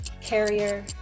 Carrier